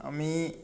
আমি